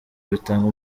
bitanga